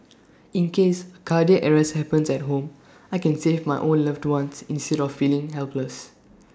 in case cardiac arrest happens at home I can save my own loved ones instead of feeling helpless